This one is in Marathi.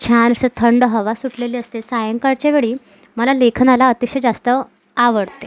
छान असं थंड हवा सुटलेली असते सायंकाळच्या वेळी मला लेखनाला अतिशय जास्त आवडते